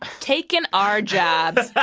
taking our jobs.